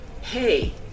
hey